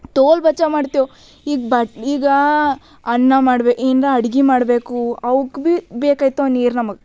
ತೋಲ್ ಬಚಾವ್ ಮಾಡ್ತೇವೆ ಈಗ ಬ ಈಗ ಅನ್ನ ಮಾಡ್ಬೇಕು ಏನಾರ ಅಡ್ಗೆ ಮಾಡಬೇಕು ಅವಕ್ಕೆ ಭೀ ಬೇಕಾಯ್ತವ ನೀರು ನಮಗೆ